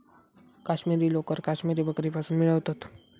काश्मिरी लोकर काश्मिरी बकरीपासुन मिळवतत